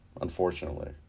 unfortunately